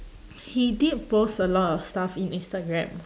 he did post a lot of stuff in instagram